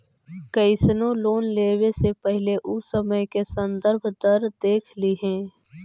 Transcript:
कइसनो लोन लेवे से पहिले उ समय के संदर्भ दर देख लिहऽ